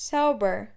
Sober